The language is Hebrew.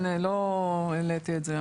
אני, בכל אופן, לא העליתי את זה.